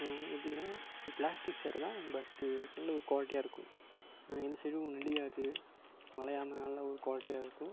ம் எப்படினா ஒரு ப்ளாஸ்டிக் சேர் தான் பட்டு நல்ல ஒரு க்வாலிட்டியாக இருக்கும் எந்த சைடும் நெளியாது வளையாமல் நல்ல ஒரு க்வாலிட்டியாக இருக்கும்